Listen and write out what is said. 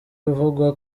ibivugwa